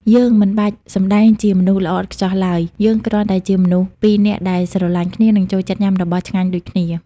យើងមិនបាច់សម្តែងជាមនុស្សល្អឥតខ្ចោះឡើយ យើងគ្រាន់តែជាមនុស្សពីរនាក់ដែលស្រឡាញ់គ្នា និងចូលចិត្តញ៉ាំរបស់ឆ្ងាញ់ដូចគ្នា។